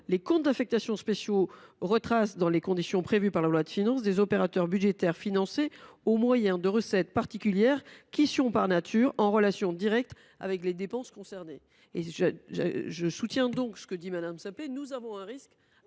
Les comptes d’affectation spéciale retracent, dans les conditions prévues par une loi de finances, des opérations budgétaires financées au moyen de recettes particulières qui sont, par nature, en relation directe avec les dépenses concernées. » Je soutiens la position de Mme Saint Pé : il existe,